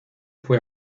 fue